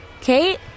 Kate